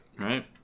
Right